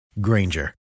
Granger